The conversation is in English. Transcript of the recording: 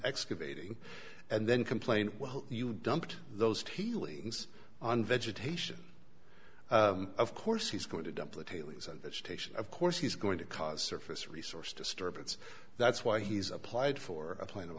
excavating and then complain well you dumped those tealeaf things on vegetation of course he's going to dump the tailings and the station of course he's going to cause surface resource disturbance that's why he's applied for a plan of